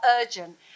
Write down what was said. urgent